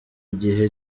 gihe